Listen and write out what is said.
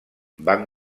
van